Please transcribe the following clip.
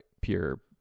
pure